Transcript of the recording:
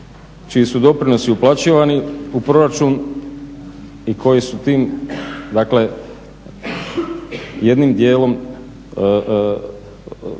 čiji su doprinosi uplaćivani u proračun i koji su tim dakle, jednim djelom sav